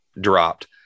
dropped